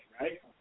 right